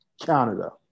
Canada